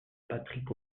patrick